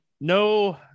No